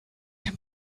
can